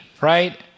right